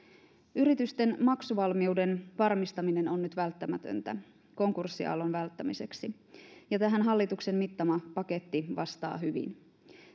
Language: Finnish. yritysten maksuvalmiuden varmistaminen on nyt välttämätöntä konkurssiaallon välttämiseksi ja tähän hallituksen mittava paketti vastaa hyvin